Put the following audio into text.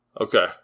Okay